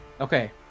Okay